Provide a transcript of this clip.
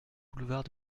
boulevard